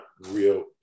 real